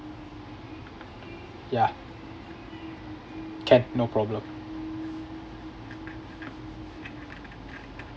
ya can no problem